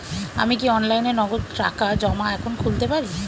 আমি কি অনলাইনে নগদ টাকা জমা এখন খুলতে পারি?